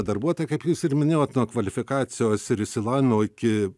darbuotojui kaip jūs ir minėjot nuo kvalifikacijos ir išsilavinimo iki